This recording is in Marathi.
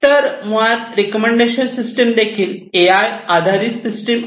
तर मुळात रेकमेंडेशन सिस्टिम देखील एआय आधारित सिस्टम आहेत